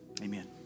amen